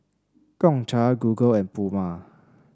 Gongcha Google and Puma